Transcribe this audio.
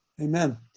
Amen